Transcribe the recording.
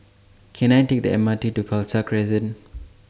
Can I Take The M R T to Khalsa Crescent